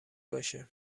باشه